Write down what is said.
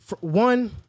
One